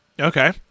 Okay